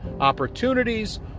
opportunities